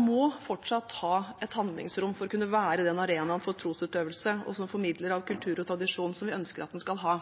må fortsatt ha et handlingsrom for å kunne være den arenaen for trosutøvelse og den formidleren av kultur og tradisjon som vi ønsker at den skal være.